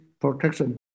protection